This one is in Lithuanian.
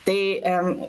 tai em